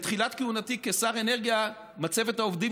בתחילת כהונתי כשר אנרגיה מצבת העובדים